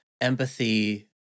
empathy